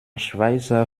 schweizer